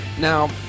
now